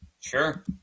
sure